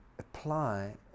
Apply